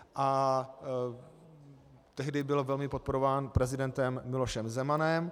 A tehdy byl velmi podporován prezidentem Milošem Zemanem.